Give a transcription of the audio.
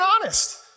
honest